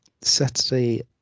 Saturday